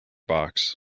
box